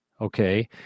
okay